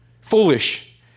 Foolish